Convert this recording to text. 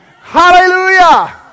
Hallelujah